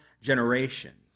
generations